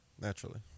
naturally